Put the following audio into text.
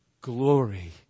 glory